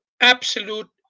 absolute –